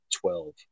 Twelve